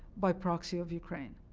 by proxy of ukraine.